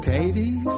Katie